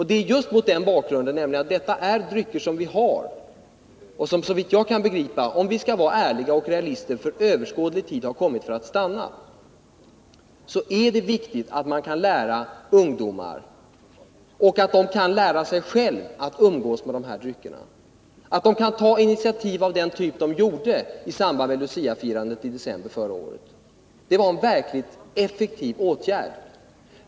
Det är just mot bakgrund av att det är fråga om drycker som vi faktiskt har — och som vi, såvitt jag förstår, om vi vill vara ärliga och realistiska, måste erkänna har kommit för att stanna under överskådlig tid — som det är viktigt att man kan lära ungdomar att umgås med dem och att de själva kan lära sig detta, att de kan ta samma slags initiativ som under Luciafirandet i december förra året. Det var verkligen effektiva åtgärder.